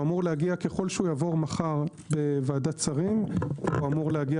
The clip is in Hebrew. ככל שיעבור מחר בוועדת שרים הוא אמור להגיע